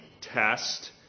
test